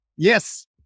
Yes